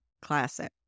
Classic